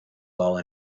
ball